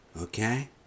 okay